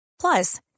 Plus